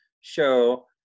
show